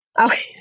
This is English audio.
Okay